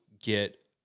get